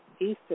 Eastern